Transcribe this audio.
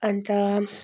अन्त